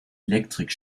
elektrik